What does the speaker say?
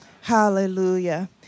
Hallelujah